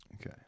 Okay